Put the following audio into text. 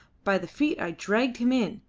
by the feet i dragged him in,